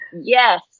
yes